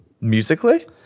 Musically